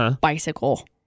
bicycle